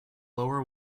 lower